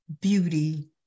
beauty